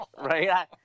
right